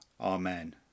Amen